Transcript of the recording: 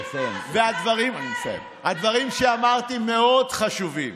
והדברים שאמרתי מאוד חשובים.